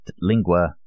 Lingua